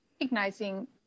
recognizing